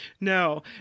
No